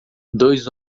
dois